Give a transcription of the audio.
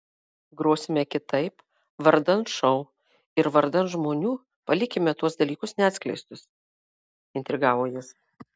grosime kitaip vardan šou ir vardan žmonių palikime tuos dalykus neatskleistus intrigavo jis